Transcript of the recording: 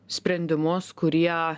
sprendimus kurie